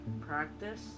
practice